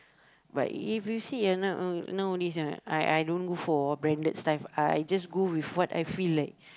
but if you see ah now~ nowadays I I I don't go for branded stuff I just go with what I feel like